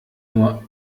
nur